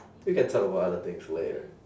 we can talk about other things later